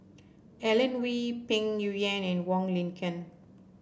Alan Oei Peng Yuyun and Wong Lin Ken